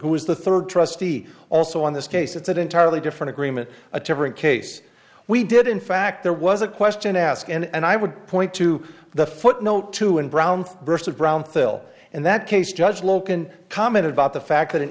who is the third trustee also in this case it's an entirely different agreement a different case we did in fact there was a question asked and i would point to the footnote to in brown burst of brown phil and that case judge logan commented about the fact that an